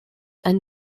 ein